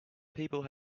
people